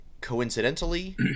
Coincidentally